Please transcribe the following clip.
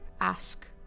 ask